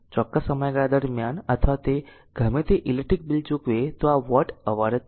ચોક્કસ સમયગાળા દરમિયાન અથવા તે ગમે તે ઇલેક્ટ્રિક બિલ ચૂકવે તો આ વોટ અવર છે